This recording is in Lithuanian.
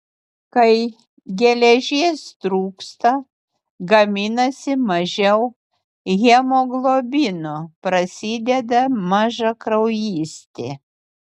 kai geležies trūksta gaminasi mažiau hemoglobino prasideda mažakraujystė